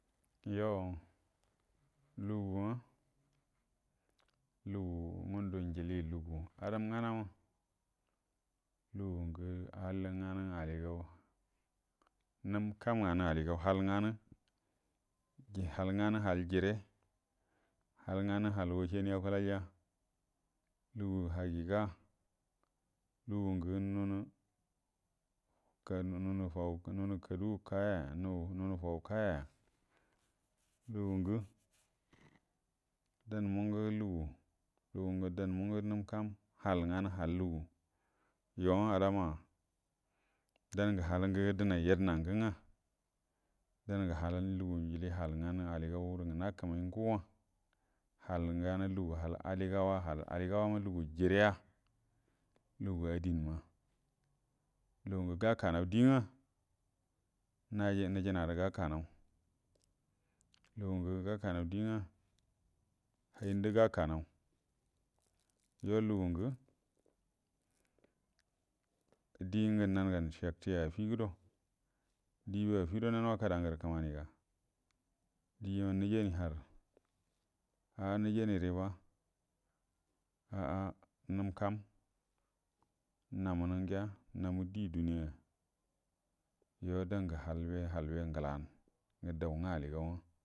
Yuo lugu’a ngundə lugu julie adangna, lugu ngə hullnaganə, aligau nəm kəam nganə aligau, halnganə die həlngənə hal jire halnganə hal wacəamie akuəlja lugu hagəaga lugungə nunə faw, nunə kadigə kaya ya, nunə faw kaya ‘ya lugugə dan mungə lugu, lugungə danmugə hal nganə hal lugu, lugungə danmu ngə nəm kam hal nganə hal lugu, yuo alama dangə halgə donay yedəmə ngə ngwə, dangə jilie lugu hal nganə aligaurən gə nakamay ngu’a hal nganu lugu hal aligauwa, ma lugu jireya, lugu addini lugungə gakanaw, diegə nəjina gərə gakanaw, lugungə gakanaw, diengnə handə gakanaw, yuo lugungə dien gə ciektəya afiguəd, diema afiguədo na wakadə’a ngərə kəmani ga ndəyo nəjanie har, a’a nəjanie riba a’a nəm kam namunə gəa namu die duniya ya yuo dangə hal ben, halba nglan.